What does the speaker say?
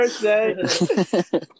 birthday